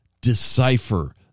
decipher